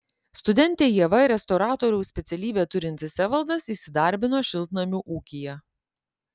studentė ieva ir restauratoriaus specialybę turintis evaldas įsidarbino šiltnamių ūkyje